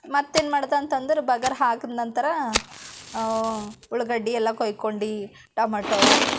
ಮತ್ತೇನು ಮಾಡಿದೆ ಅಂತಂದ್ರೆ ಬಗಾರ್ ಹಾಕಿದ ನಂತರ ಉಳ್ಳಾಗಡ್ಡಿ ಎಲ್ಲ ಕೊಯ್ಕೊಂಡು ಟೊಮೆಟೋ